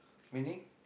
meaning